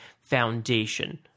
foundation